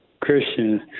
Christian